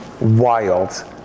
wild